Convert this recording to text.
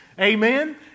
Amen